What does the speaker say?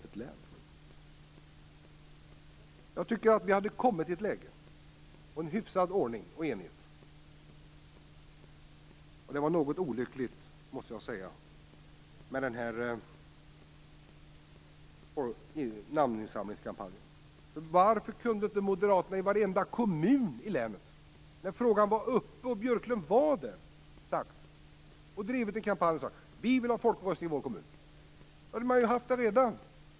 Jag har tyckt att vi kommit i ett läge med en hyfsad ordning och enighet. Jag menar att namninsamlingskampanjen var olycklig. Varför drev inte moderaterna i varenda kommun i länet, medan frågan var uppe och Björklund var närvarande, en kampanj där de sade: Vi vill ha folkomröstning i vår kommun! Då hade man redan haft en sådan.